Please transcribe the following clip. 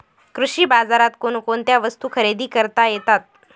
कृषी बाजारात कोणकोणत्या वस्तू खरेदी करता येतात